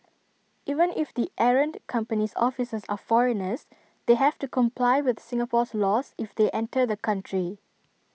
even if the errant company's officers are foreigners they have to comply with Singapore's laws if they enter the country